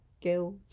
guilt